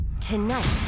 Tonight